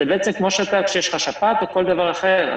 התהליך כמו שיש לך שפעת או כל דבר אחר,